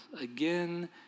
again